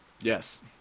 Yes